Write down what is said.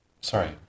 Sorry